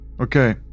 Okay